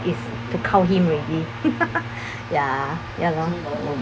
is to kao him ready ya ya lor mm